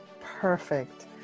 Perfect